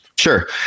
Sure